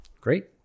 Great